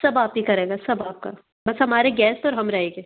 सब आप ही का रहेगा सब आपका बस हमारे गेस्ट और हम रहेंगे